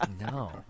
No